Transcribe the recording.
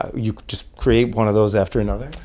you just create one of those after another?